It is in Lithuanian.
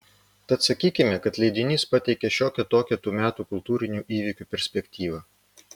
tad sakykime kad leidinys pateikė šiokią tokią tų metų kultūrinių įvykių perspektyvą